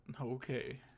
Okay